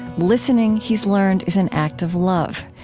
listening, he's learned, is an act of love.